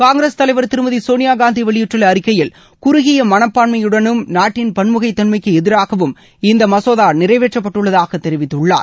காங்கிரஸ் தலைவர் திருமதி சோனியா காந்தி வெளியிட்டுள்ள அறிக்கையில் குறுகிய மணப்பான்மயுடனும் நாட்டின் பன்முகத்தன்மைக்கு எதிராகவும் இந்த மசோதா நிறைவேற்றப்பட்டுள்ளதாக தெரிவித்துள்ளார்